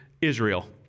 Israel